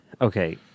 Okay